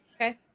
Okay